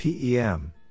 PEM